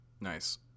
Nice